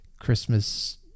Christmas